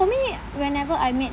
for me whenever I met